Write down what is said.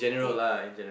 they